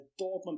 Dortmund